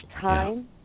time